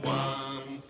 one